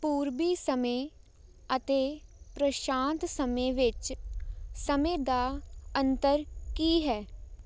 ਪੂਰਬੀ ਸਮੇਂ ਅਤੇ ਪ੍ਰਸ਼ਾਂਤ ਸਮੇਂ ਵਿੱਚ ਸਮੇਂ ਦਾ ਅੰਤਰ ਕੀ ਹੈ